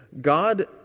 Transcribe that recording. God